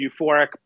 euphoric